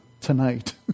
tonight